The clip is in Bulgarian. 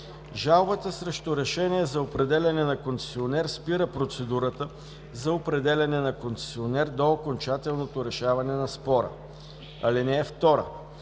Жалбата срещу решение за определяне на концесионер спира процедурата за определяне на концесионер до окончателното решаване на спора. (2) Жалбата